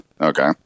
Okay